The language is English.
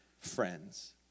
friends